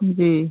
जी